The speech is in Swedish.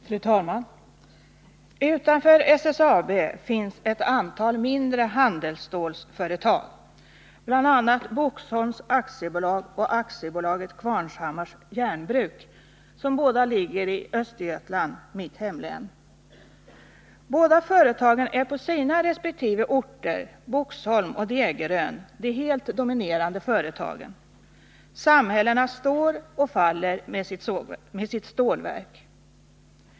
Fru talman! Utanför SSAB finns ett mindre antal handelsstålsföretag, bl.a. Boxholms AB och AB Qvarnshammars Jernbruk, som båda ligger i mitt hemlän Östergötland. Båda företagen är på sina resp. orter, Boxholm och Degerön, de helt dominerande företagen. Samhällena står eller faller med sina stålverk.